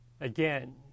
Again